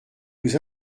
nous